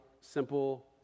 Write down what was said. simple